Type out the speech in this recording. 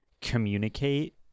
communicate